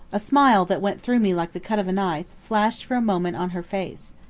a smile that went through me like the cut of a knife, flashed for a moment on her face.